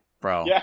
bro